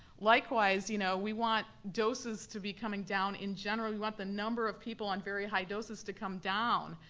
likewise, you know we want doses to be coming down. in general, we want the number of people on very high doses to come down.